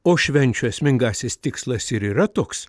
o švenčių esmingasis tikslas ir yra toks